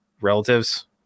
Relatives